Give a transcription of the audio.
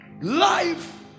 Life